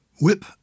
Whip